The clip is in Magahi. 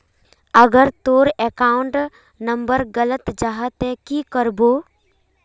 अगर तोर अकाउंट नंबर गलत जाहा ते की करबो?